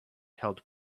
held